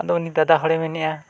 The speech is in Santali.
ᱟᱫᱚ ᱩᱱᱤ ᱫᱟᱫᱟ ᱦᱚᱲᱮ ᱢᱮᱱᱮᱫᱼᱟ